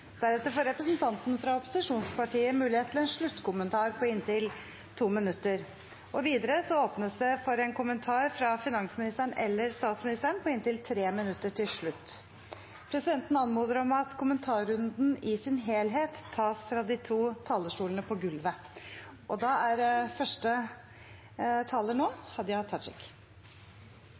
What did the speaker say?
Deretter får representanten for opposisjonspartiet mulighet til en sluttkommentar på inntil 2 minutter. Videre åpnes det for en kommentar fra finansministeren eller statsministeren på inntil 3 minutter til slutt. Presidenten anmoder om at kommentarrunden i sin helhet tas fra de to talerstolene på gulvet. Me er mange som er